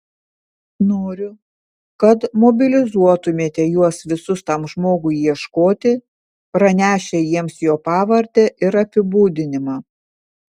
noriu kad mobilizuotumėte juos visus tam žmogui ieškoti pranešę jiems jo pavardę ir apibūdinimą